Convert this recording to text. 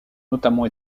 notamment